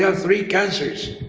yeah three cancers.